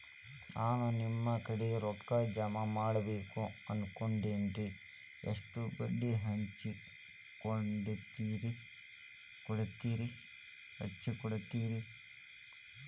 ನಾ ನಿಮ್ಮ ಕಡೆ ರೊಕ್ಕ ಜಮಾ ಮಾಡಬೇಕು ಅನ್ಕೊಂಡೆನ್ರಿ, ಎಷ್ಟು ಬಡ್ಡಿ ಹಚ್ಚಿಕೊಡುತ್ತೇರಿ?